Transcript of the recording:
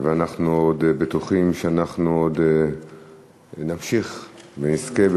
ואנחנו בטוחים שאנחנו עוד נמשיך ונזכה.